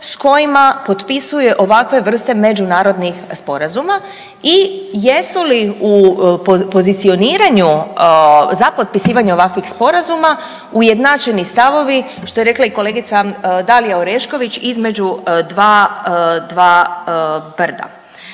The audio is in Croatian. s kojima potpisuje ovakve vrste međunarodnih sporazuma i jesu li u pozicioniranju za potpisivanje ovakvih sporazuma ujednačeni stavovi, što je rekla i kolegice Dalija Orešković između dva brda.